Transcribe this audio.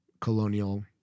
colonial